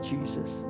Jesus